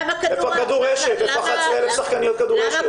כן, איפה הכדורשת, איפה 11,000 שחקניות כדורשת?